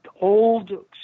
old